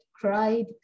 cried